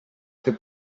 fer